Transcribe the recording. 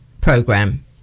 program